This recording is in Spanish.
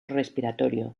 respiratorio